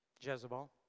Jezebel